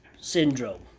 syndrome